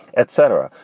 etc.